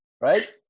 right